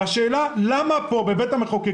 השאלה היא למה מאפשרים את זה פה, בבית המחוקקים?